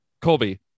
colby